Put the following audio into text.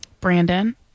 Brandon